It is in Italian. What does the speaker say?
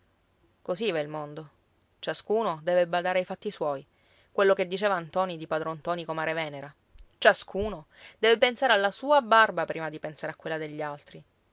così va il mondo ciascuno deve badare ai fatti suoi quello che diceva a ntoni di padron ntoni comare venera ciascuno deve pensare alla sua barba prima di pensare a quella degli altri